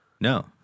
No